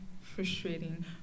frustrating